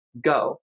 Go